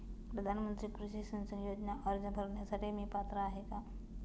प्रधानमंत्री कृषी सिंचन योजना अर्ज भरण्यासाठी मी पात्र आहे का?